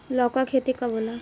लौका के खेती कब होला?